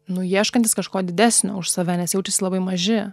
nu ieškantys kažko didesnio už save nes jaučiasi labai maži